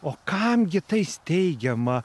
o kam gi tai steigiama